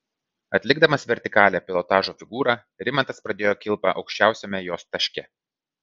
atlikdamas vertikalią pilotažo figūrą rimantas pradėjo kilpą aukščiausiame jos taške